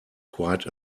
quite